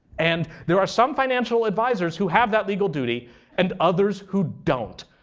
and there are some financial advisers who have that legal duty and others who don't.